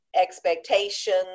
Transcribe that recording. expectations